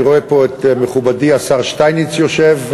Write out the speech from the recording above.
אני רואה פה את מכובדי השר שטייניץ יושב,